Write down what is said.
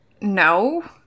no